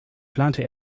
plante